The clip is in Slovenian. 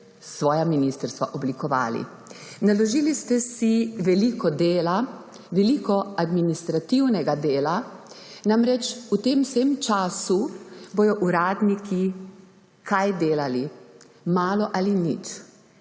svoja ministrstva oblikovali. Naložili ste si veliko dela, veliko administrativnega dela. Namreč v tem vsem času bodo uradniki delali − kaj? Malo ali nič.